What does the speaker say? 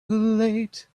late